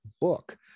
book